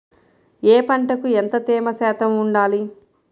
ఏ పంటకు ఎంత తేమ శాతం ఉండాలి?